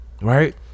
right